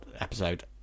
episode